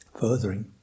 furthering